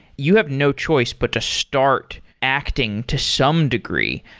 you have no choice but to start acting to some degree.